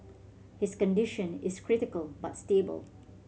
his condition is critical but stable